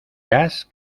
gas